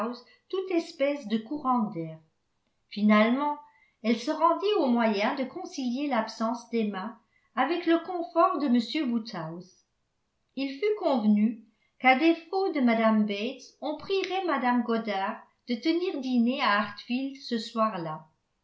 toute espèce de courant d'air finalement elle se rendit aux moyens de concilier l'absence d'emma avec le confort de m woodhouse il fut convenu qu'à défaut de mme bates on prierait mme goddard de tenir dîner à hartfield ce soir